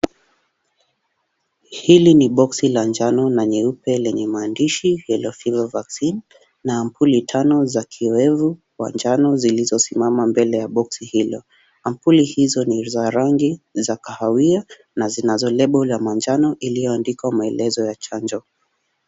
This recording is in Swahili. Hili ni boksi la njano na nyeupe lenye maandishi yellow fever vaccine na ampuli tano zikiwevu za njano zilizosimama mbele ya boksi hilo. Sampuli hizo ni za rangi za kahawia na zina lebo za manjano iliyoandikwa maelezo.